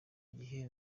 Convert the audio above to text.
gihe